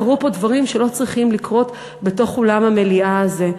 קרו פה דברים שלא צריכים לקרות בתוך אולם המליאה הזה.